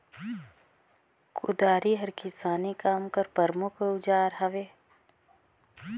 कुदारी हर किसानी काम कर परमुख अउजार हवे